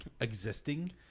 existing